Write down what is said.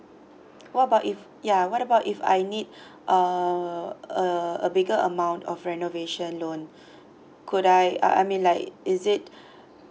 what about if ya what about if I need uh a a bigger amount of renovation loan could I I mean like is it